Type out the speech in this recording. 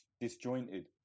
disjointed